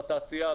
לתעשייה,